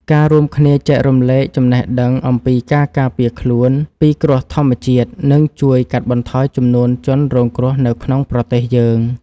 ការរួមគ្នាចែករំលែកចំណេះដឹងអំពីការការពារខ្លួនពីគ្រោះធម្មជាតិនឹងជួយកាត់បន្ថយចំនួនជនរងគ្រោះនៅក្នុងប្រទេសយើង។